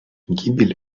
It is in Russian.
гибель